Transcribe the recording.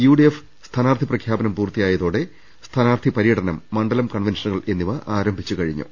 UDF സ്ഥാനാർത്ഥി പ്രഖ്യാപനം പൂർത്തിയായതോടെ സ്ഥാനാർത്ഥികളുടെ പര്യടനം മണ്ഡലം കൺവെൻഷനുകളും ആരംഭിച്ചു കഴിഞ്ഞു